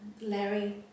Larry